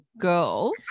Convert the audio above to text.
girls